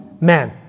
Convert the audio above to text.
man